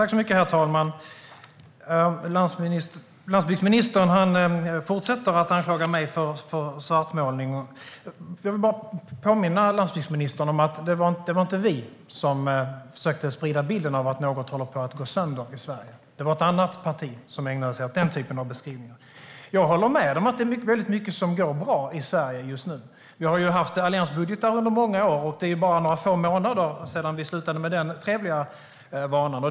Herr talman! Landsbygdsministern fortsätter att anklaga mig för svartmålning. Jag vill bara påminna landsbygdsministern om att det inte var vi som försökte sprida bilden att något håller på att gå sönder i Sverige. Det var ett annat parti som ägnade sig åt den typen av beskrivningar. Jag håller med om att det är mycket som går bra i Sverige just nu. Vi har haft alliansbudgetar under många år, och det är bara några få månader sedan vi slutade med den trevliga vanan.